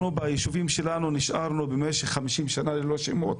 אנחנו ביישובים שלנו נשארנו במשך חמישים שנה ללא שמות,